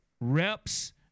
reps